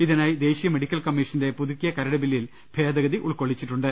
ഇതി നായി ദേശീയ മെഡിക്കൽ കമ്മീഷന്റെ പുതുക്കിയ കരട് ബില്ലിൽ ഭേദഗതി ഉൾക്കൊള്ളിച്ചിട്ടുണ്ട്